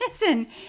Listen